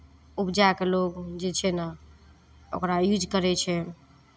उपजा कऽ लोक जे छै ने ओकरा यूज करै छै